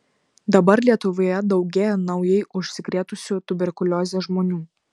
dabar lietuvoje daugėja naujai užsikrėtusių tuberkulioze žmonių